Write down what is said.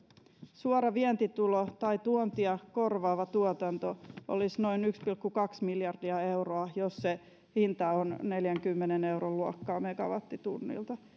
suora vientitulo tai tuontia korvaava tuotanto olisi noin yksi pilkku kaksi miljardia euroa jos se hinta on neljänkymmenen euron luokkaa megawattitunnilta